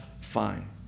fine